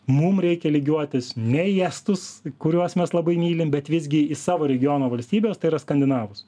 mum reikia lygiuotis ne į estus kuriuos mes labai mylim bet visgi į savo regiono valstybes tai yra skandinavus